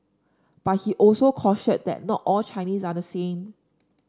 but he also cautioned that not all Chinese are the same